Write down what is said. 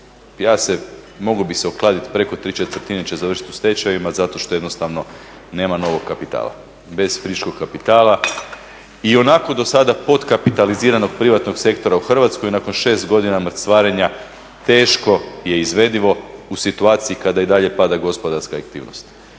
mogao bih se okladit preko ¾ će završit u stečajevima zato što jednostavno nema novog kapitala bez friškog kapitala. Ionako do sada podkapitaliziranog privatnog sektora u Hrvatskoj nakon 6 godina mrcvarenja teško je izvedivo u situaciji kada i dalje pada gospodarska aktivnost.